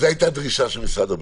זו הייתה הדרישה של משרד הבריאות.